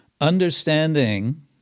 Understanding